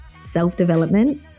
self-development